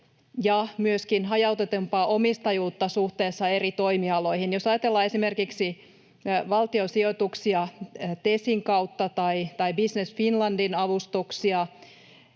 ja myöskin hajautetumpaa omistajuutta suhteessa eri toimialoihin. Jos ajatellaan esimerkiksi valtion sijoituksia Tesin kautta tai Business Finlandin avustuksia